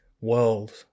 world